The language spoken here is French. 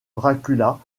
dracula